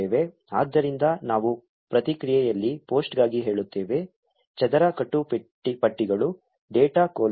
ಆದ್ದರಿಂದ ನಾವು ಪ್ರತಿಕ್ರಿಯೆಯಲ್ಲಿ ಪೋಸ್ಟ್ಗಾಗಿ ಹೇಳುತ್ತೇವೆ ಚದರ ಕಟ್ಟುಪಟ್ಟಿಗಳು ಡೇಟಾ ಕೊಲೊನ್